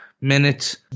minute